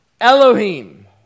Elohim